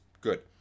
good